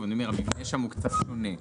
המבנה שם הוא קצת שונה.